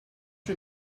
you